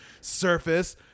Surface